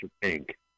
Pink